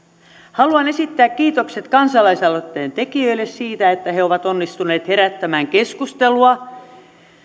haluan esittää kiitokset kansalaisaloitteen tekijöille siitä että he ovat onnistuneet herättämään keskustelua